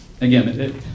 Again